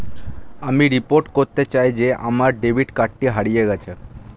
আমি রিপোর্ট করতে চাই যে আমার ডেবিট কার্ডটি হারিয়ে গেছে